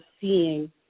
seeing